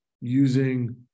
using